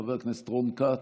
חבר הכנסת רון כץ,